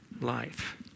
life